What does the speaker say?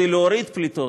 כדי להוריד פליטות,